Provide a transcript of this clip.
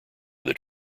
that